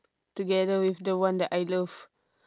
together with the one that I love